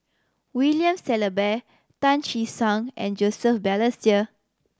William Shellabear Tan Che Sang and Joseph Balestier